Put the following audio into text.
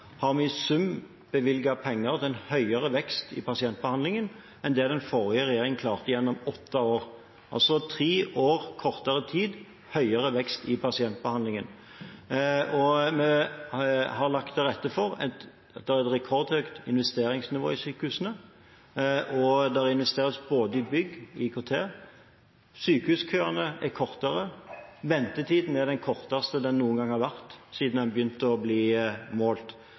har vi i sum bevilget penger til en høyere vekst i pasientbehandlingen enn det den forrige regjeringen klarte gjennom åtte år. Altså: tre år kortere tid og høyere vekst i pasientbehandlingen. Vi har lagt til rette for et rekordhøyt investeringsnivå i sykehusene. Det investeres i både bygg og IKT, sykehuskøene er kortere, ventetiden er den korteste som noen gang har vært siden man begynte å